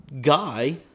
guy